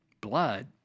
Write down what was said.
blood